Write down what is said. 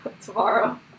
tomorrow